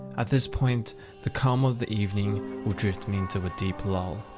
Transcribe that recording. at this point the calm of the evening will drift me into a deep love.